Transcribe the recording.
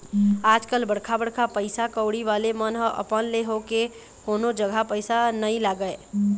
आजकल बड़का बड़का पइसा कउड़ी वाले मन ह अपन ले होके कोनो जघा पइसा नइ लगाय